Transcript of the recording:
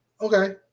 okay